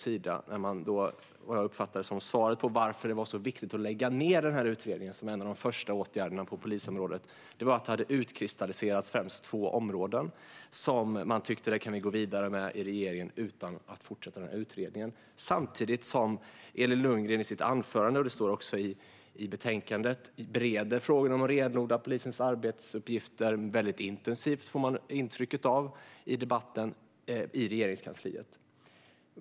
Som jag uppfattade det var svaret på frågan om varför det var så viktigt att lägga ned utredningen, som en av de första åtgärderna på polisområdet, att två områden har utkristalliserat sig som regeringen tyckte att man kunde gå vidare med utan att fortsätta utredningen. Samtidigt sa Elin Lundgren i sitt anförande - det står också i betänkandet - att frågorna om att renodla polisens arbetsuppgifter bedrivs intensivt i Regeringskansliet. Det intrycket ges i debatten.